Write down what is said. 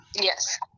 Yes